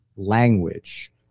language